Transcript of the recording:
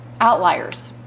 outliers